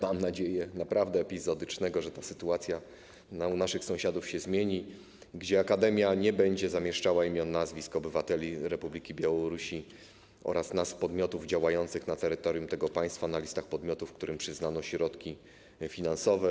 Mam nadzieję, że naprawdę epizodycznego, że sytuacja u naszych sąsiadów się zmieni, gdzie akademia nie będzie zamieszczała imion, nazwisk obywateli Republiki Białorusi oraz nazw podmiotów działających na terytorium tego państwa na listach podmiotów, którym przyznano środki finansowe.